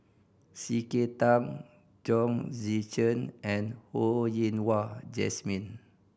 C K Tang Chong Tze Chien and Ho Yen Wah Jesmine